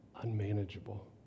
unmanageable